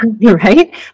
right